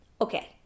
okay